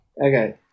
Okay